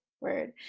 Word